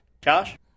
Josh